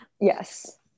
Yes